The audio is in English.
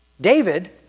David